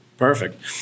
Perfect